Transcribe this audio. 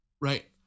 Right